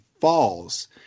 falls